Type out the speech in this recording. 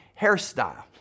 hairstyle